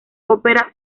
opera